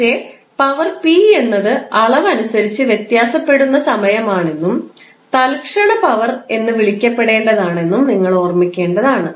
പക്ഷേ power P എന്നത് അളവനുസരിച്ച് വ്യത്യാസപ്പെടുന്ന സമയമാണെന്നും തൽക്ഷണ പവർ എന്ന് വിളിക്കപ്പെടേണ്ടതാണെന്നും നിങ്ങൾ ഓർമ്മിക്കേണ്ടതാണ്